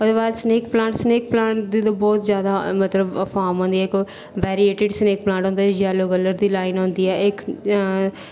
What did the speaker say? ओह्दे बाद snake plant snake plant दी ते बोह्त जादा मतलब फार्म होंदी इक वेरीएटेड स्नैक प्लांट होंदा जेह्ड़ी यैलो कलर दी लाइन होंदी ऐ एह् इक